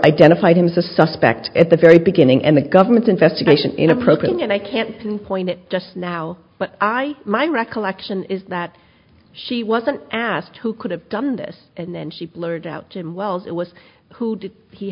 identified himself a suspect at the very beginning and the government's investigation inappropriate and i can't pinpoint it just now but i my recollection is that she wasn't asked who could have done this and then she blurted out to him well it was who did he